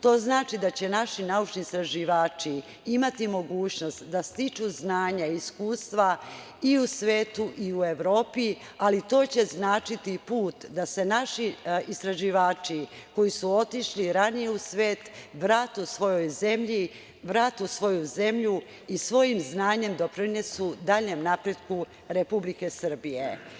To znači da će naši naučni istraživači imati mogućnost da stiču znanja i iskustva i u svetu i u Evropi, ali to će značiti i put da se naši istraživači koji su otišli ranije u svet vrate u svoju zemlju i svojim znanjem doprinesu daljem napretku Republike Srbije.